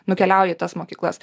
nukeliauja į tas mokyklas